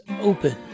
open